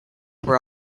were